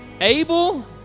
abel